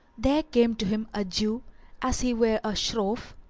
there came to him a jew as he were a shroff,